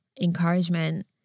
encouragement